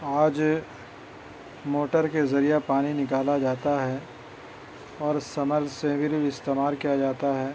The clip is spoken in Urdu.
آج موٹر کے ذریعے پانی نکالا جاتا ہے اور سمرسیبل بھی استعمال کیا جاتا ہے